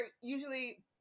usually